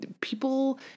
people